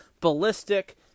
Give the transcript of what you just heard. ballistic